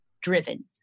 driven